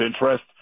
interest